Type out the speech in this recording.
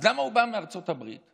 אז למה כשהוא בא מארצות הברית,